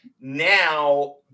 Now